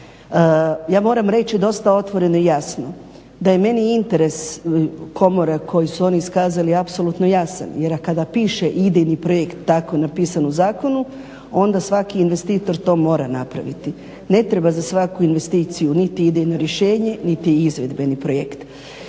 Ja moram reći dosta otvoreno i jasno da je meni interes komora koji su oni iskazali apsolutno jasan jer kada piše idejni projekt tako napisano u zakonu onda svaki investitor to mora napraviti. Ne treba za svaku investiciju niti idejno rješenje niti izvedbeni projekt.